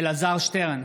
אלעזר שטרן,